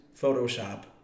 Photoshop